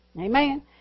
Amen